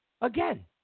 again